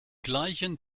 gleichen